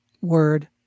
word